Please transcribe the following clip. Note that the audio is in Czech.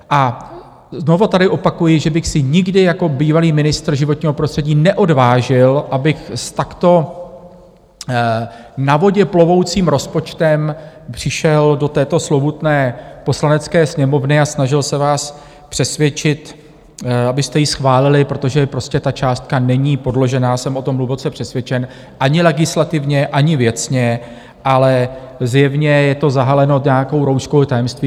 A znovu tady opakuji, že bych se nikdy jako bývalý ministr životního prostředí neodvážil, abych s takto na vodě plovoucím rozpočtem přišel do této slovutné Poslanecké sněmovny a snažil se vás přesvědčit, abyste ji schválili, protože prostě ta částka není podložená, jsem o tom hluboce přesvědčen, ani legislativně, ani věcně, ale zjevně je to zahaleno nějakou rouškou tajemství.